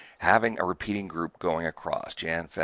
having a repeating group going across jan,